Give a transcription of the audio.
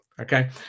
okay